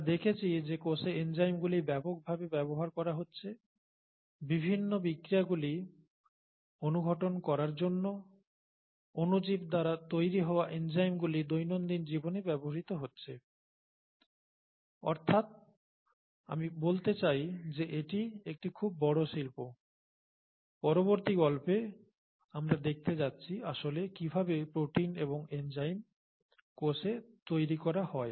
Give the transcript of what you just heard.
আমরা দেখেছি যে কোষে এনজাইমগুলি ব্যাপকভাবে ব্যবহার করা হচ্ছে বিভিন্ন বিক্রিয়াগুলি অনুঘটন করার জন্য অনুজীব দ্বারা তৈরি হওয়া এনজাইমগুলি দৈনন্দিন জীবনে ব্যবহৃত হচ্ছে অর্থাৎ আমি বলতে চাই যে এটি একটি খুব বড় শিল্প পরবর্তী গল্পে আমরা দেখতে যাচ্ছি আসলে কিভাবে প্রোটিন এবং এনজাইম কোষে তৈরি করা হয়